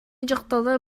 дьахталлар